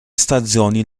stazioni